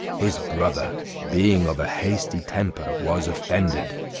his brother being of a hasty temper, was offended,